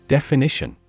Definition